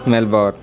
Melbourne